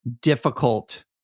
difficult